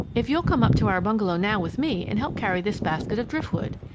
if you'll come up to our bungalow now with me and help carry this basket of driftwood.